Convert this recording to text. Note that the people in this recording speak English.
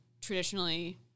traditionally